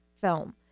film